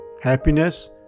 happiness